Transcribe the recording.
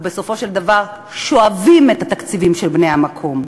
ובסופו של דבר שואבים את התקציבים של בני המקום.